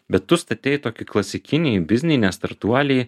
bet tu statei tokį klasikinį biznį ne startuolį